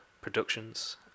Productions